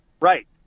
Right